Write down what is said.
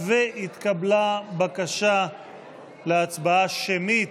התקבלה בקשה להצבעה שמית.